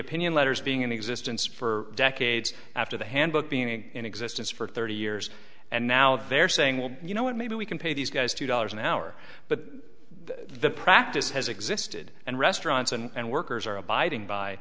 opinion letters being in existence for decades after the handbook being in existence for thirty years and now they're saying well you know what maybe we can pay these guys two dollars an hour but the practice has existed and restaurants and workers are abiding by